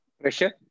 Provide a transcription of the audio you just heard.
Pressure